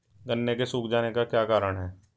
गन्ने के सूख जाने का क्या कारण है?